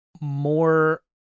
more